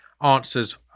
answers